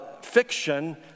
fiction